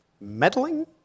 Meddling